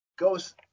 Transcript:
Goes